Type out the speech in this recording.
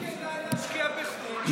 אבל אם כדאי להשקיע בחו"ל,